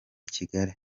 kigali